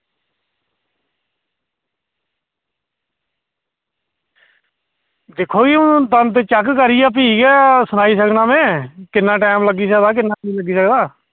दिक्खो जी हून दंद चैक करियै भी गै सनाई सकनां में किन्ना टाइम लग्गी सकदा किन्ना नेईं लग्गी सकदा